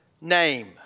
name